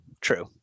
true